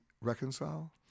reconcile